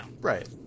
Right